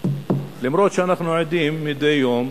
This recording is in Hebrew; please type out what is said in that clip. אפילו שאנחנו עדים מדי יום